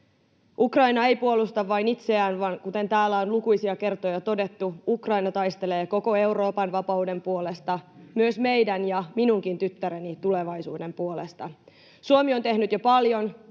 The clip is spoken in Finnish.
Ukraina ei puolusta vain itseään, vaan kuten täällä on lukuisia kertoja todettu, Ukraina taistelee koko Euroopan vapauden puolesta — myös meidän ja minunkin tyttäreni tulevaisuuden puolesta. Suomi on tehnyt jo paljon,